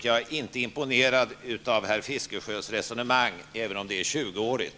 Jag är inte imponerad av herr Fiskesjös resonemang, även om det är tjugoårigt.